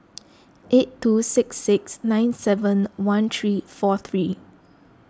eight two six six nine seven one three four three